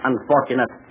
Unfortunate